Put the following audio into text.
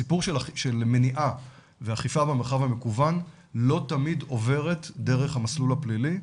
הסיפור של מניעה ואכיפה במרחב המקוון לא תמיד עובר דרך המסלול הפלילי.